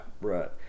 Right